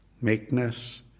meekness